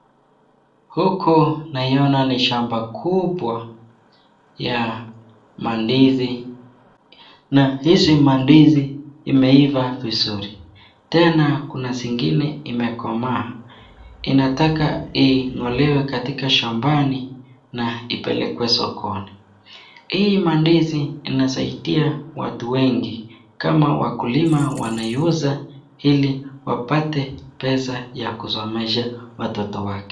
Huku naiona ni shamba kubwa ya mandizi. Na hizi mandizi imeiva vizuri tena kuna zingine imekomaa inataka ing'olewe katika shambani na ipelekwe sokoni. Hii mandizi inasaidia watu wengi kama wakulima wanaiuza ili wapate pesa ya kusomesha watoto wake.